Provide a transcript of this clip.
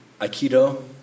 Aikido